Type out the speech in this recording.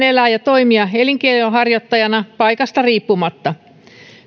elää ja toimia elinkeinonharjoittajana paikasta riippumatta